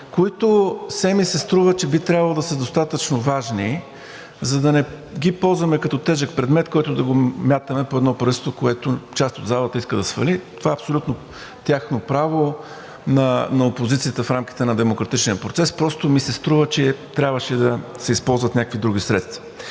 Което все ми се струва, че би трябвало да са достатъчно важни, за да не ги ползваме като тежък предмет, който да го мятаме по едно правителство, което част от залата иска да свали. Това е абсолютно тяхно право – на опозицията, в рамките на демократичния процес. Просто ми се струва, че трябваше да се използват някакви други средства.